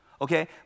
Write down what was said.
Okay